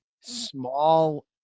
small